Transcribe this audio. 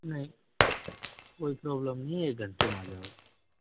नहीं कोई प्रॉब्लम नहीं एक घंटे में आजाओ